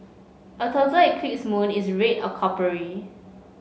a total eclipse moon is red or coppery